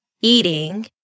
eating